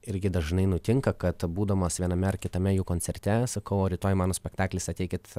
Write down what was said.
irgi dažnai nutinka kad būdamas viename ar kitame jų koncerte sakau rytoj mano spektaklis ateikit